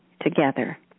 together